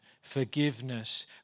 forgiveness